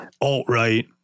alt-right